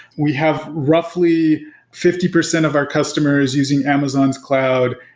we have roughly fifty percent of our customers using amazon's cloud,